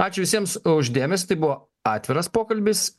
ačiū visiems už dėmesį tai buvo atviras pokalbis